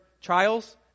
Trials